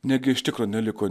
negi iš tikro neliko